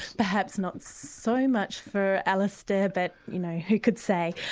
perhaps no so much for alisdair, but you know who could say?